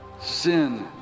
sin